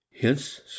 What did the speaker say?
Hence